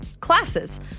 classes